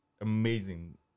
amazing